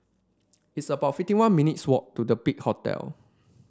it's about fifty one minutes' walk to Big Hotel